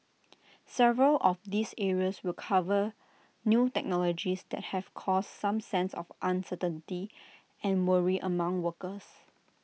several of these areas will cover new technologies that have caused some sense of uncertainty and worry among workers